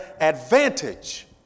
advantage